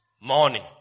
morning